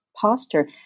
posture